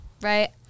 right